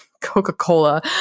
Coca-Cola